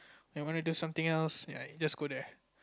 like wanna do something else ya you just go there